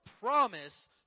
promise